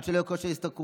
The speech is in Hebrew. עד שלא יהיה כושר השתכרות.